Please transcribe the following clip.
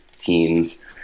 teens